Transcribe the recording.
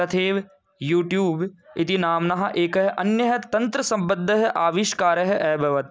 तथैव यूट्युब् इति नाम्नः एकः अन्यः तन्त्रसम्बद्धः आविष्कारः अभवत्